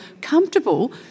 comfortable